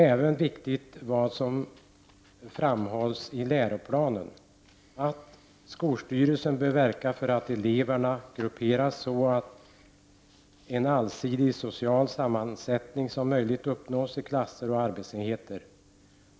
Även det som framhålls i läroplanen är viktigt, nämligen: ”Skolstyrelsen bör verka för att eleverna grupperas så att en så allsidig social sammansättning som möjligt uppnås i klasser och arbetsenheter.